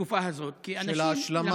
התקופה הזאת, של ההשלמה?